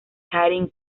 karen